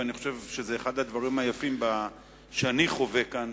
ואני חושב שזה אחד הדברים היפים שאני חווה כאן,